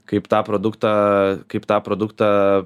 kaip tą produktą kaip tą produktą